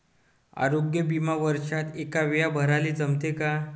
आरोग्य बिमा वर्षात एकवेळा भराले जमते का?